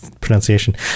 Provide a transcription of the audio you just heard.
pronunciation